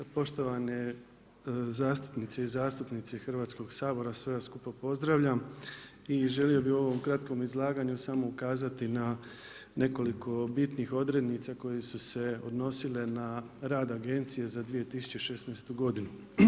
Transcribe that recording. Poštovane zastupnice i zastupnici Hrvatskog sabora sve vas skupa pozdravljam i želio bih u ovom kratkom izlaganju ukazati na nekoliko bitnih odrednica koje su se odnosile na rad Agencije za 2016. godinu.